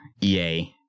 EA